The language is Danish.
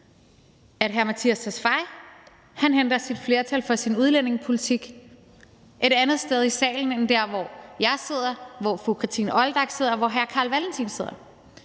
integrationsministeren henter sit flertal for sin udlændingepolitik et andet sted i salen end der, hvor jeg sidder, hvor fru Kathrine Olldag sidder, og hvor hr. Carl Valentin sidder.